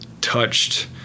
touched –